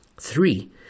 Three